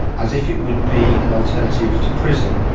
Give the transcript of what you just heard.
as if it would be an alternative to prison,